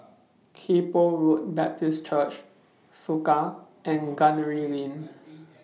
Kay Poh Road Baptist Church Soka and Gunner Lane